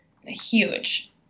Huge